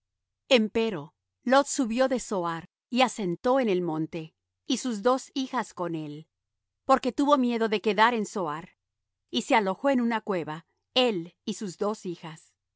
estaba empero lot subió de zoar y asentó en el monte y sus dos hijas con él porque tuvo miedo de quedar en zoar y se alojó en una cueva él y sus dos hijas